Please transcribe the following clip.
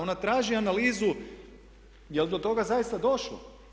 Ona traži analizu je li do toga zaista došlo.